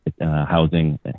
housing